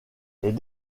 les